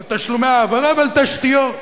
על תשלומי העברות ועל תשתיות,